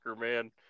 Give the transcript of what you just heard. man